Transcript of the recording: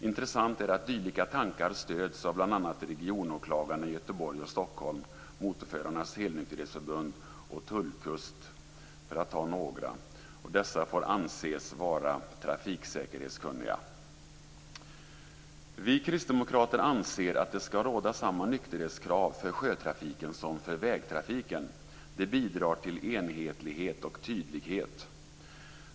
Intressant är att dylika tankar stöds av bl.a. regionåklagarna i Göteborg och Stockholm, Motorförarnas helnykterhetsförbund och Tull Kust, för att ta några. Dessa får anses vara trafiksäkerhetskunniga. Vi kristdemokrater anser att det skall råda samma nykterhetskrav för sjötrafiken som för vägtrafiken. Det bidrar till enhetlighet och tydlighet.